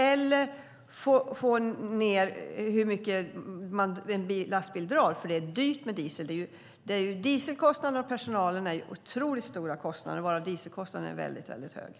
Eller också måste man minska på den mängd drivmedel som en lastbil drar. En lastbil drar mycket bränsle, och det är dyrt med diesel. Kostnaderna för diesel och personal är otroligt stora.